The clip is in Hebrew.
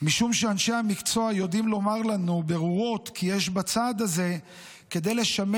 משום שאנשי המקצוע יודעים לומר לנו ברורות כי יש בצעד הזה כדי לשמש